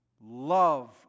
Love